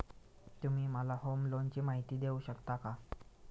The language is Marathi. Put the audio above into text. तुम्ही मला होम लोनची माहिती देऊ शकता का?